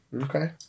Okay